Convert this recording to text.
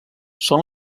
són